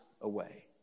away